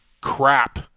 crap